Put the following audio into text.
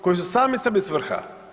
Koji su sami sebi svrha.